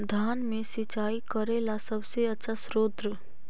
धान मे सिंचाई करे ला सबसे आछा स्त्रोत्र?